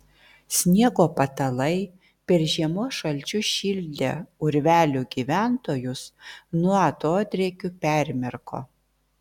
sniego patalai per žiemos šalčius šildę urvelių gyventojus nuo atodrėkių permirko